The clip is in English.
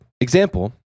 Example